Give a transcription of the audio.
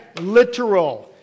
literal